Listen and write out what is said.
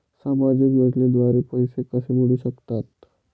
सामाजिक योजनेद्वारे पैसे कसे मिळू शकतात?